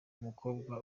umukobwa